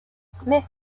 smith